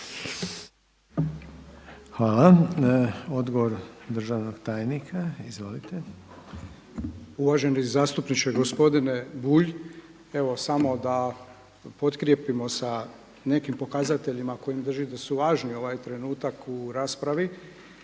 Hvala. Odgovor državnog tajnika. Izvolite. **Poljičak, Ivica** Uvaženi zastupniče gospodine Bulj. Evo samo da potkrijepimo sa nekim pokazateljima kojim držim da su važni ovaj trenutak u raspravi,